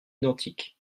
identiques